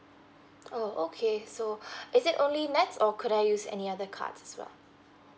oh okay so is it only nets or could I use any other cards as well